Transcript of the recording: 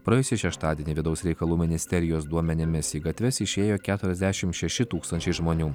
praėjusį šeštadienį vidaus reikalų ministerijos duomenimis į gatves išėjo keturiasdešimt šeši tūkstančiai žmonių